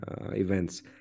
events